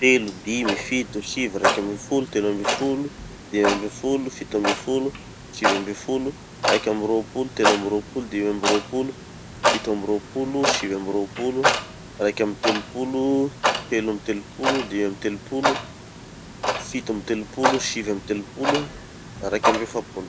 telo, dimy, fito, sivy, raiky amby folo, telo amby folo, dimy amby folo, fito amby folo, sivy amby folo, raiky amby rôpolo, telo amby rôpolo, dimy amby rôpolo, fito amby rôpolo, sivy amby rôpolo, raiky amby telopolo, telo amby telopolo, dimy amby telopolo, fito amby telopolo, sivy amby telopolo, raiky amby efapolo.